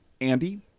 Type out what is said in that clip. Andy